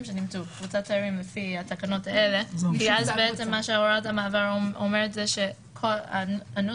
לפי התקנות האלה מה שהוראת המעבר אומרת שהנוסח